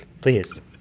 Please